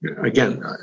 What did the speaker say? Again